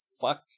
fuck